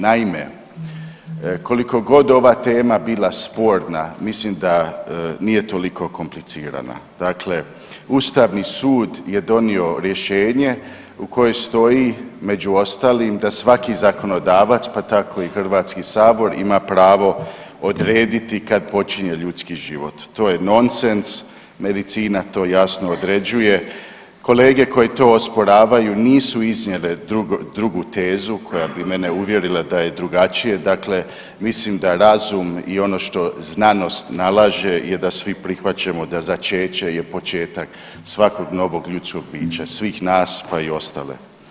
Naime, koliko god ova tema bila sporna mislim da nije toliko komplicirana, dakle ustavni sud je donio rješenje u kojem stoji među ostalim da svaki zakonodavac, pa tako i HS ima pravo odrediti kad počinje ljudski život, to je nonsens, medicina to jasno određuje, kolege koji to osporavaju nisu iznijele drugu tezu koja bi mene uvjerila da je drugačije, dakle mislim da razum i ono što znanost nalaže je da svi prihvaćamo da začeće je početak svakog novog ljudskog bića, svih nas, pa i ostale.